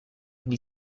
gli